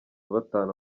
batanu